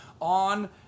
on